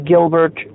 Gilbert